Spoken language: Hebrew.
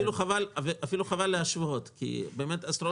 אפילו חבל להשוות כי במשך עשרות שנים לא עדכנו את הקריטריונים.